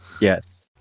Yes